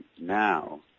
now